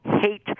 hate